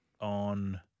on